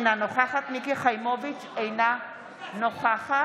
אינה נוכחת מיקי חיימוביץ' אינה נוכחת